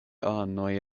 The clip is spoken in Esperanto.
anoj